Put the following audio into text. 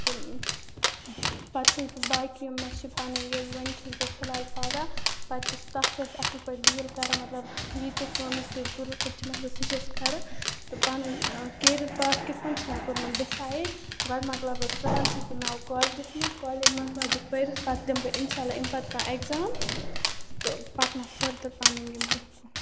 تہٕ پَتہٕ چھَس بہٕ باقی یِم مےٚ چھِ پَنٕنۍ یہِ وۄنۍ چھَس بہٕ فلحال پَران پَتہٕ چھَس تَتھ سۭتۍ اَصٕل پٲٹھۍ ڈیٖل کَران مطلب یہِ تہِ کٲم ییٚژِ پھِرِ ضوٚرَتھ چھِ مےٚ آسان سُہ چھَس کَران تہٕ پَنُن کیریَر پاتھ کِتھ کَنۍ چھِ مےٚ کوٚرمُت ڈِسایڈ گۄڈٕ مَکلاو بہٕ کالجَس منٛز کالیج مَکلاو بہٕ پٔرِتھ پَتہٕ دِمہٕ بہٕ اِنشاء اللہ اَمہِ پَتہٕ کانٛہہ اٮ۪کزام تہٕ پَکناو فٔردَر پَنُن یہِ برٛونٛہہ کُن